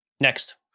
Next